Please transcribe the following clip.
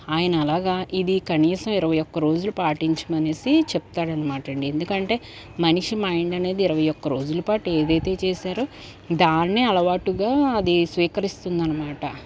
ఆయన అలాగా ఇది కనీసం ఇరవై ఒక్క రోజులు పాటించమనేసి చెప్తాడనమాటండి ఎందుకంటే మనిషి మైండ్ అనేది ఇరవై ఒక్క రోజులు ఏదయితే చేశారో దాన్నే అలవాటుగా అది స్వీకరిస్తుందనమాట